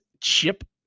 chip